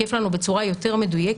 שמשקף לנו בצורה יותר מדויקת,